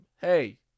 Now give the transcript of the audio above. Hey